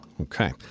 Okay